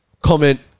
comment